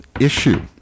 issue